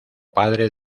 padre